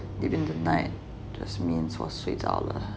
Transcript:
deep in the night just means 我睡觉了